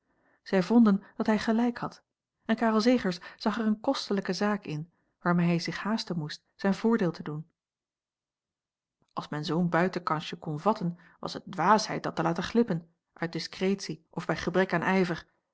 zij vonden dat hij gelijk had en karel zegers zag er eene kostelijke zaak in waarmee hij zich haasten moest zijn voordeel te doen als men zoo'n buitenkansje kon vatten was het dwaasheid dat te laten glippen uit discretie a l g bosboom-toussaint langs een omweg of bij gebrek aan ijver